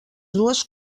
dues